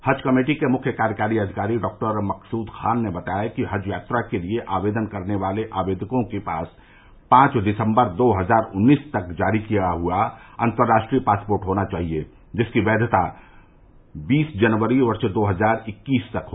हज कमेटी के मुख्य कार्यकारी अधिकारी डॉक्टर मकसूद खान ने बताया कि हज यात्रा के लिए आवेदन करने वाले आवेदकों के पास पांच दिसम्बर दो हजार उन्नीस तक जारी हुआ अंतर्राष्ट्रीय पासपोर्ट होना चाहिए जिसकी वैदा बीस जनवरी वर्ष दो हजार इक्कीस तक हो